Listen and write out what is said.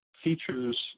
features